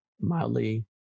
mildly